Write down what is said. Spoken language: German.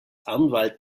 anwalt